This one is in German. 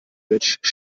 bridge